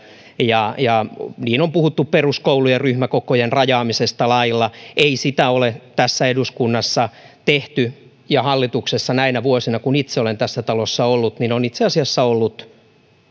ja ja niin kauan on puhuttu peruskoulujen ryhmäkokojen rajaamisesta lailla ei sitä ole tässä eduskunnassa tehty ja hallituksessa näinä vuosina kun itse olen tässä talossa ollut ovat itse asiassa olleet